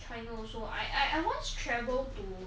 china also I I once travel to